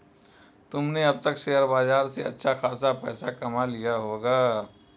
तुमने अब तक शेयर बाजार से अच्छा खासा पैसा कमा लिया होगा